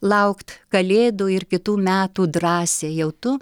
laukt kalėdų ir kitų metų drąsiai jau tu